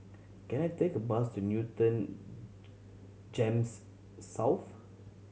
can I take a bus to Newton GEMS South